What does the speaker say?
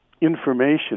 information